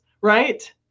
right